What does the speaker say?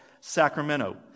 Sacramento